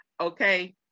okay